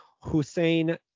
Hussein